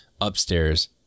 upstairs